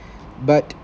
but